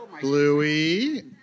Bluey